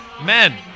Men